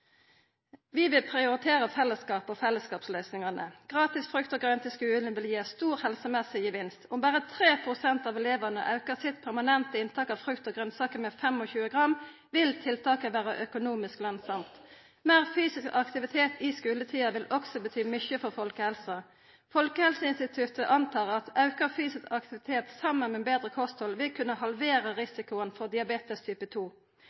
Vi vil prioritera fellesskap og fellesskapsløysingane. Gratis frukt og grønt i skulen vil gi ein stor helsegevinst. Om berre 3 pst. av elevane aukar sitt permanente inntak av frukt og grønsaker med 25 gram, vil tiltaket vera økonomisk lønsamt. Meir fysisk aktivitet i skuletida vil også bety mykje for folkehelsa. Folkehelseinstituttet antar at auka fysisk aktivitet saman med betre kosthald vil kunna halvera